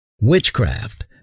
witchcraft